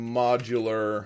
modular